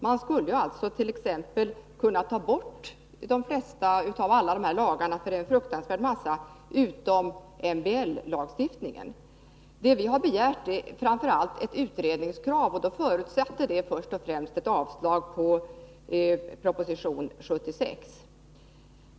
Man skulle t.ex. kunna ta bort de flesta av alla dessa lagar — för det är en fruktansvärd massa — utom MBL-lagstiftningen. Vad vi har begärt innebär framför allt ett utredningskrav, och det förutsätter först och främst ett avslag på proposition 76.